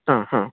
ആ ആ